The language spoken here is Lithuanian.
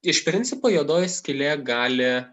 iš principo juodoji skylė gali